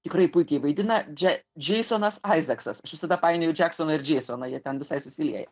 tikrai puikiai vaidina dže džeisonas aizaksas aš visada painioju džeksoną ir džeisoną jie ten visai susilieja